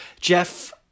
Jeff